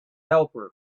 helper